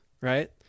right